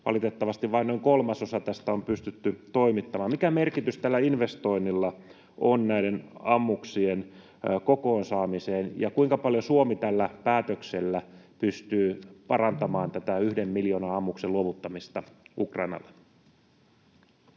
Valitettavasti vain noin kolmasosa tästä on pystytty toimittamaan. Mikä merkitys tällä investoinnilla on näiden ammuksien kokoon saamiseen, ja kuinka paljon Suomi tällä päätöksellä pystyy parantamaan tätä yhden miljoonan ammuksen luovuttamista Ukrainalle?